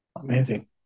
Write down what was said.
amazing